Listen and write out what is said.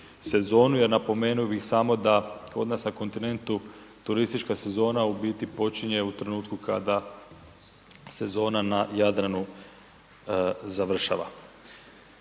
se zonu jer napomenuo bi samo da kod nas na kontinentu turistička sezona u biti počinje u trenutku kada sezona na Jadranu završava.